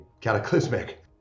cataclysmic